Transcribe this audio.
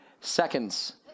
seconds